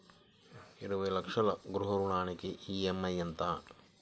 ఇరవై లక్షల గృహ రుణానికి ఈ.ఎం.ఐ ఎంత?